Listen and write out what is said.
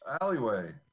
alleyway